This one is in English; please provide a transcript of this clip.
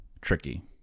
tricky